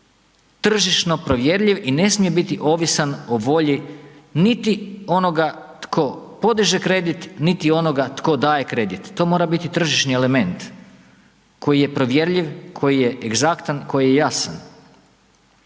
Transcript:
tržišno provjerljiv i ne smije biti ovisan o volji niti onoga tko podiže kredit, niti onoga tko daje kredit, to mora biti tržišni element koji je provjerljiv, koji je egzaktan koji je jasan.